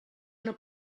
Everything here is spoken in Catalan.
una